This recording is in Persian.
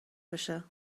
بشه